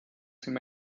seen